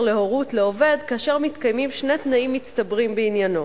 להורות לעובד כאשר מתקיימים שני תנאים מצטברים בעניינו: